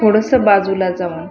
थोडंसं बाजूला जाऊन